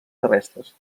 terrestres